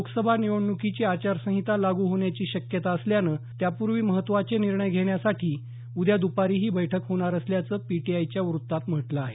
लोकसभा निवडणुकीची आचार संहिता लागू होण्याची शक्यता असल्यानं त्यापूर्वी महत्त्वाचे निर्णय घेण्यासाठी उद्या दुपारी ही बैठक होणार असल्याचं पीटीआयच्या व्रत्तात म्हटलं आहे